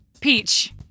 Peach